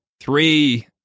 three